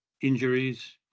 injuries